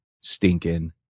stinking